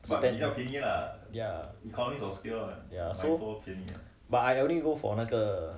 ya ya so but I only go for 那个